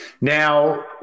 Now